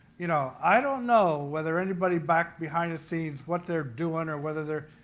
you know, i don't know whether anybody back behind the scenes, what they're doing or whether they're,